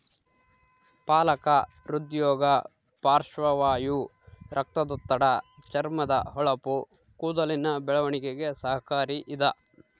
ಪಾಲಕ ಹೃದ್ರೋಗ ಪಾರ್ಶ್ವವಾಯು ರಕ್ತದೊತ್ತಡ ಚರ್ಮದ ಹೊಳಪು ಕೂದಲಿನ ಬೆಳವಣಿಗೆಗೆ ಸಹಕಾರಿ ಇದ